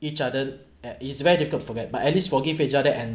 each other eh it's very difficult forget but at least forgive each other and